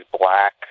black